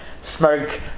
Smoke